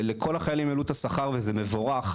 שלכל החיילים העלו את השכר וזה מבורך,